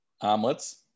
omelets